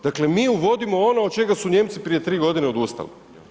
Dakle mi uvodimo ono od čega su Nijemci prije 3 godine odustali.